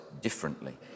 differently